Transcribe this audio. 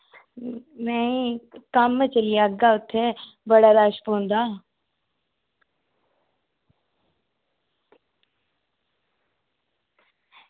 नेईं कम्म चली जाह्गा उत्थें बड़ा रश पौंदा